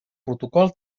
protocol